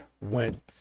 went